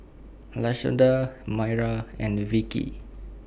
Lashonda Myra and Vickey